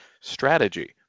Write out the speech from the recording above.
strategy